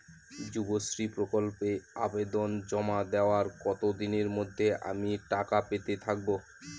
যুবশ্রী প্রকল্পে আবেদন জমা দেওয়ার কতদিনের মধ্যে আমি টাকা পেতে থাকব?